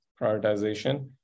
prioritization